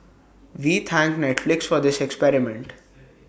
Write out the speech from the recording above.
we thank Netflix for this experiment